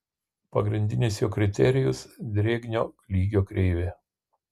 pagrindinis jo kriterijus drėgnio lygio kreivė